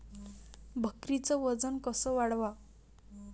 बकरीचं वजन कस वाढवाव?